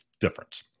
difference